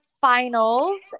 finals